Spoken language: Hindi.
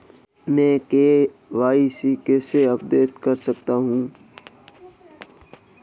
मैं के.वाई.सी कैसे अपडेट कर सकता हूं?